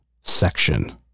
section